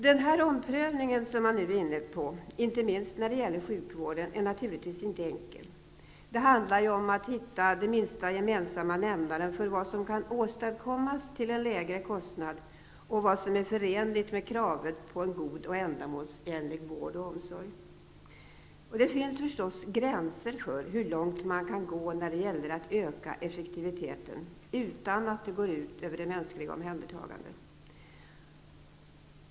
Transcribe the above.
Den omprövning som man nu är inne på, inte minst när det gäller sjukvården, är naturligtvis inte enkel. Det handlar ju om att hitta den minsta gemensamma nämnaren för vad som kan åstadkommas till en lägre kostnad och vad som är förenligt med kraven på god och ändamålsenlig vård och omsorg. Det finns förstås gränser för hur långt man kan gå när det gäller att öka effektiviteten utan att det går ut över det mänskliga omhändertagandet.